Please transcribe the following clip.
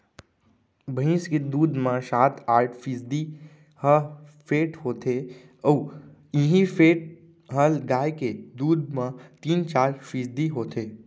भईंस के दूद म सात आठ फीसदी ह फेट होथे अउ इहीं फेट ह गाय के दूद म तीन चार फीसदी होथे